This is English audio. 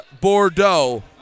Bordeaux